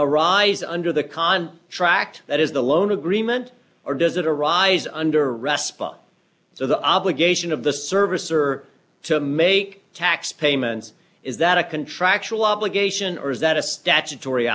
arise under the con tract that is the loan agreement or does it arise under respa so the obligation of the service are to make tax payments is that a contractual obligation or is that a statutory